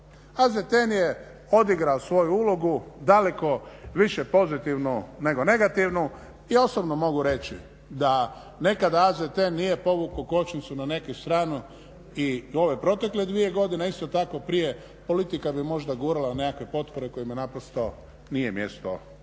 AZTN je odigrao svoju ulogu daleko više pozitivnu nego negativnu i osobno mogu reći da nekada AZTN nije povukao kočnicu na neku stranu i u ove protekle dvije godine, isto tako prije politika bi možda gurala u neke potpore kojima naprosto nije mjesto u